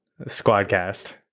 Squadcast